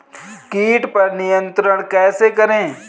कीट पर नियंत्रण कैसे करें?